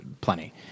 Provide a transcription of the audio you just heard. plenty